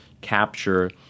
capture